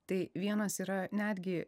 tai vienas yra netgi